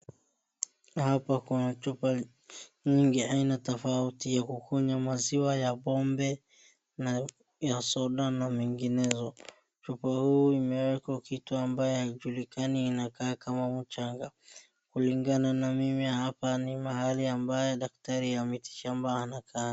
Hapa kuna chupa nyingi aina tofauti za kukunywa maziwa, ya pombe na soda na menginezo. Chupa hii imeekwa kitu ambayo haijulikani inakaa mchanga. Kulingana na mimi hapa ni mahali daktari ya miti shamba anakaa.